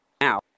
now